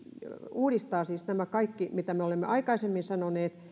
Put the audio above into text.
uudistaa siis nämä kaikki mitä aikaisemmin sanoneet